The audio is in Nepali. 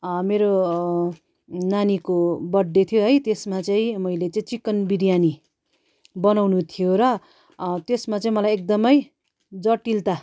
मेरो नानीको बर्ड डे थियो है त्यसमा चाहिँ मैले चाहिँ चिकन बिर्यानी बनाउनु थियो र त्यसमा चाहिँ मलाई एकदम जटिलता